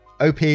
OP